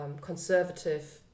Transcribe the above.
conservative